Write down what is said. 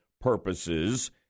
purposes